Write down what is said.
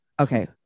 Okay